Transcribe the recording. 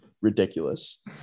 ridiculous